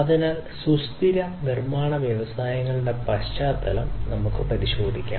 അതിനാൽ സുസ്ഥിരമായ നിർമ്മാണ വ്യവസായങ്ങളുടെ പശ്ചാത്തലം നമുക്ക് പരിഗണിക്കാം